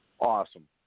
Awesome